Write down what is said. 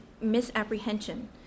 misapprehension